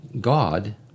God